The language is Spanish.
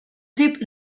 chip